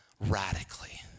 radically